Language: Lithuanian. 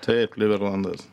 taip liberlandas